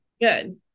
Good